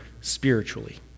spiritually